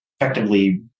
effectively